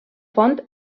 font